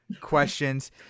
questions